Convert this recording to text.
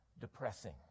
depressing